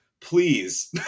please